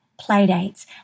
Playdates